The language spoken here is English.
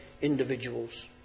individuals